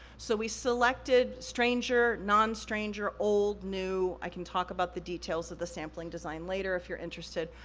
so, we selected stranger, non-stranger, old, new, i can talk about the details of the sampling design later if you're interested.